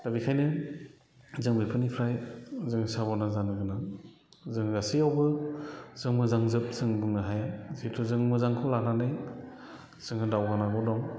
दा बेखायनो जों बेफोरनिफ्राय जों साबदान जानो गोनां जों गासैयावबो जों मोजांजोब जों बुंनो हाया जिहेथु जों मोजांखौ लानानै जोङो दावगानांगौ दं